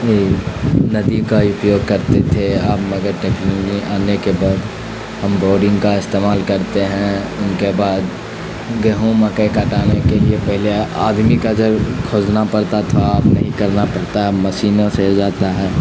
ندی کا اپیوگ کرتے تھے اب مگر ٹیکنالوجی آنے کے بعد ہم بورڈنگ کا استعمال کرتے ہیں ان کے بعد گیہوں مکے کٹانے کے لیے پہلے آدمی کا جب کھوجنا پڑتا تو آپ نہیں کرنا پڑتا مشینوں سے ہو جاتا ہے